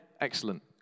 excellent